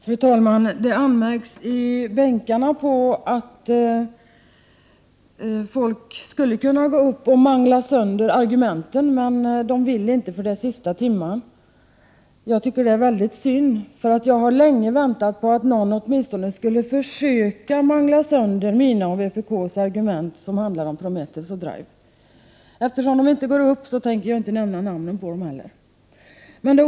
Fru talman! Det anmärks i bänkarna att man skulle kunna gå upp i talarstolen och mangla sönder argumenten, men man vill inte förlänga debatten den sista timmen. Jag tycker att det är väldigt synd, för jag har länge väntat på att någon åtminstone skulle försöka mangla sönder mina och vpk:s argument som handlar om Prometheus och DRIVE. Eftersom dessa ledamöter inte går upp i talarstolen tänker jag inte nämna namnen på dem.